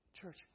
Church